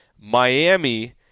Miami